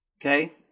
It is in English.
Okay